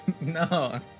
No